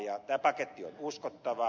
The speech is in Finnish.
tämä paketti on uskottava